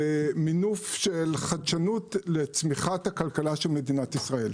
זה מינוף של חדשנות לצמיחת הכלכלה של מדינת ישראל,